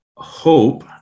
Hope